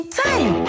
time